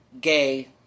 gay